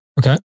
okay